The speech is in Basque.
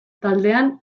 taldean